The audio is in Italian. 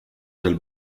del